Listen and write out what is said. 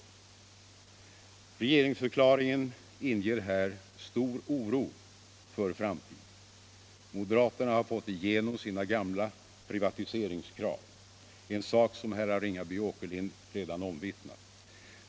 Regeringsförklaringen inger här stor oro för framtiden. Moderaterna har fått igenom sina gamla privatiseringskrav — en sak som herrar Ringaby och Åkerlind redan omvittnat.